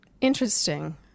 Interesting